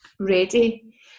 ready